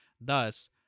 Thus